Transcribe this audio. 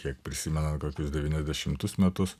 kiek prisimenam kokius devyniasdešimtus metus